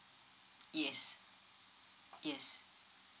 yes yes